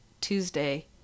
Tuesday